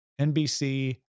NBC